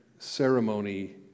Ceremony